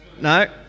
No